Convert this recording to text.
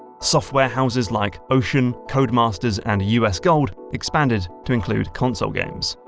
software houses like ocean, codemasters, and us gold expanded to include console games.